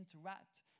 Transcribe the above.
interact